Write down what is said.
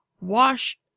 wash